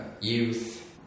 youth